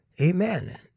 Amen